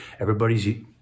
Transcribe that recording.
Everybody's